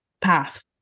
path